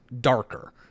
darker